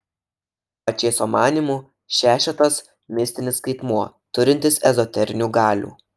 pačėso manymu šešetas mistinis skaitmuo turintis ezoterinių galių